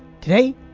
Today